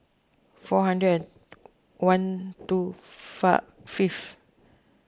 four hundred one two far fifth